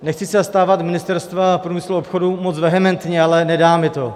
Nechci se zastávat Ministerstva průmyslu a obchodu moc vehementně, ale nedá mi to.